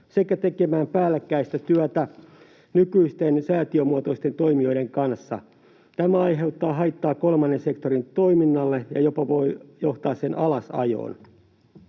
sekä tekemään päällekkäistä työtä nykyisten säätiömuotoisten toimijoiden kanssa. Tämä aiheuttaa haittaa kolmannen sektorin toiminnalle ja voi jopa johtaa sen alasajoon.